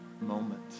moment